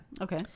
Okay